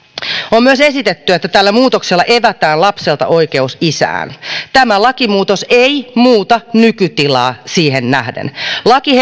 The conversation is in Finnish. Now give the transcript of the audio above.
on myös esitetty että tällä muutoksella evätään lapselta oikeus isään tämä lakimuutos ei muuta nykytilaa siihen nähden laki